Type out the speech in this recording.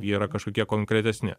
jie yra kažkokie konkretesni